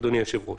אדוני היושב-ראש.